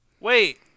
Wait